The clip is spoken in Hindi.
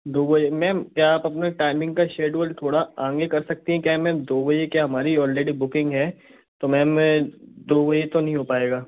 दो बजे मैम क्या आप अपने टाइमिंग का शेड्यूल थोड़ा आगे कर सकती हैं क्या मैम दो बजे क्या हमारी ऑलरेडी बुकिंग है तो मैम दो बजे तो नहीं हो पाएगा